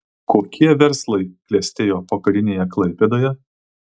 kokie verslai klestėjo pokarinėje klaipėdoje